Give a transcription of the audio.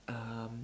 um